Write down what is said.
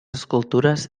escultures